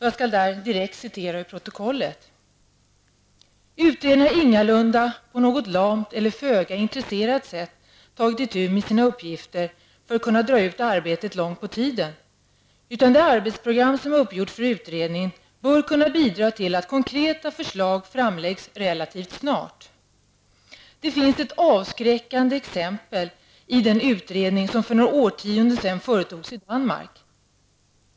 Jag citerar direkt ur protokollet: ''Utredningen har ingalunda på något lamt eller föga intresserat sätt tagit itu med sina uppgifter för att kunna dra ut arbetet långt på tiden, utan det arbetsprogram som uppgjorts för utredningen bör kunna bidra till att konkreta förslag framlägges relativt snart. Det finns ett avskräckande exempel i den utredning som för några årtionden sedan företogs i Danmark.